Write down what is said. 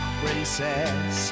princess